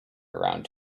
around